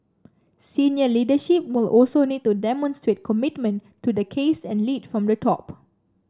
senior leadership will also need to demonstrate commitment to the case and lead from the top